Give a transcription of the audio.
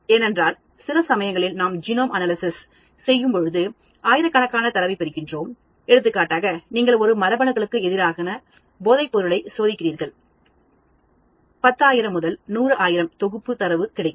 ஏனென்றால் சில சமயங்களில் நாம் ஜீனோம் அனலைஸ் செய்யும்பொழுது ஆயிரக்கணக்கான தரவை பெறுகிறோம் எடுத்துக்காட்டாக நீங்கள் பல மரபணுக்களுக்கு எதிராக போதைப்பொருளை சோதிக்கிறீர்கள்10000 முதல் 100000 தொகுப்பு தரவு கிடைக்கும்